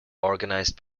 organized